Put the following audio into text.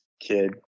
kid